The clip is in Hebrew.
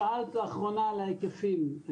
שאלת לאחרונה על ההיקפים,